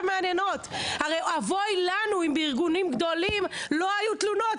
הרי אבוי לנו אם בארגונים גדולים לא היו תלונות.